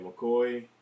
McCoy